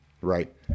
Right